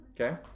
Okay